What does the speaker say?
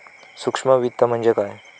सूक्ष्म वित्त म्हणजे काय?